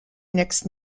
nicks